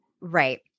Right